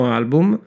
album